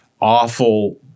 awful –